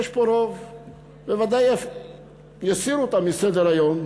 יש פה רוב, בוודאי יסירו אותה מסדר-היום,